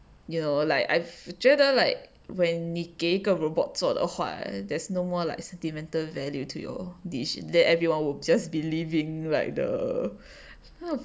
you know like I fe~ 觉得 like when 你给一个 robot 做的话 there's no more like sentimental value to your dish then everyone would just be living like the